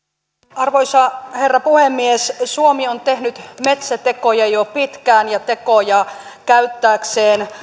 arvoisa herra puhemies suomi on tehnyt metsätekoja jo pitkään ja tekoja käyttääkseen